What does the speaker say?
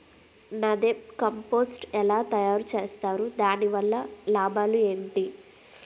NADEP compost ఎలా తయారు చేస్తారు? దాని వల్ల లాభాలు ఏంటి?